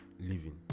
living